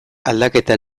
aldaketa